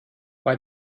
bei